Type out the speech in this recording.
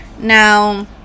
Now